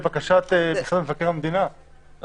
לבקשת משרד מבקר המדינה,